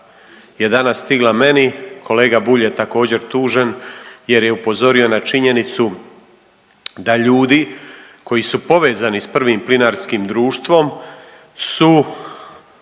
je danas stigla meni, kolega Bulj je također tužen jer je upozorio na činjenicu da ljudi koji su povezani sa prvim plinarskim društvom su